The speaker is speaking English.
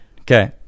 Okay